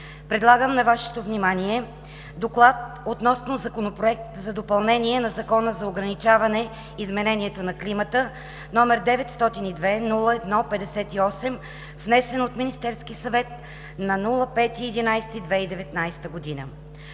Предлагам на Вашето внимание „ДОКЛАД относно Законопроект за допълнение на Закона за ограничаване изменението на климата, № 902-01-58, внесен от Министерския съвет на 5 ноември